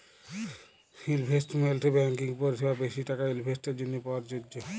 investment banking পরিসেবা বেশি টাকা ইলভেস্টের জ্যনহে পরযজ্য